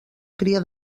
cria